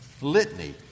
litany